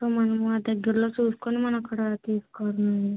so మనం ఆ దగ్గరలో చూసుకుని మనం అక్కడ తీసుకోవడమేనండి